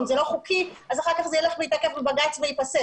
אם זה לא חוקי אז אחר כך זה ילך ויתעכב בבג"צ וייפסל.